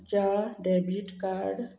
च्या debit card